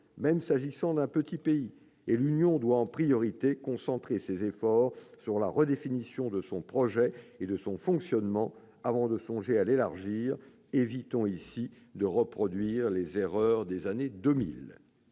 même s'agissant d'un petit pays. L'Union doit concentrer ses efforts sur la redéfinition de son projet et de son fonctionnement avant de songer à s'élargir. Évitons de reproduire les erreurs des années 2000